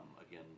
Again